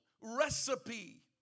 recipe